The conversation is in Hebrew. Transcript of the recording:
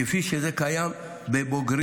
כפי שזה קיים בבוגרים.